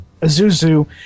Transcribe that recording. Azuzu